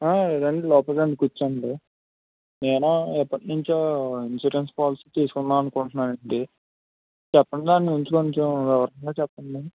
రండి లోపలికి రండి కూర్చోండి నేను ఎప్పటినుంచో ఇన్స్యూరెన్స్ పాలసీ తీసుకుందామనుకుంటున్నానండి చెప్పండి దాని గురించి కొంచెం వివరంగా చెప్పండి